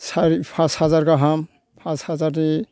सारि पास हाजार गाहाम पास हाजारनि